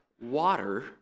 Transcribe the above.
water